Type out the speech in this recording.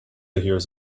hears